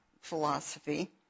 philosophy